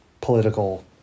political